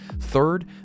Third